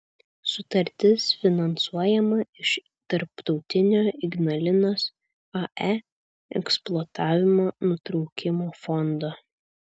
sutartis finansuojama iš tarptautinio ignalinos ae eksploatavimo nutraukimo fondo